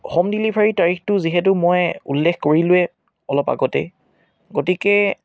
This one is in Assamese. হোম ডেলিভাৰিৰঁ তাৰিখটো মই যিহেতু উল্লেখ কৰিলোৱেই অলপ আগতে গতিকে